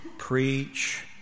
preach